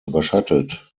überschattet